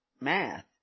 math